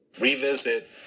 Revisit